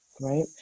right